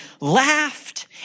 laughed